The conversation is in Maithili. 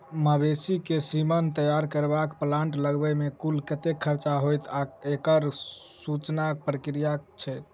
मवेसी केँ सीमन तैयार करबाक प्लांट लगाबै मे कुल कतेक खर्चा हएत आ एकड़ समूचा प्रक्रिया की छैक?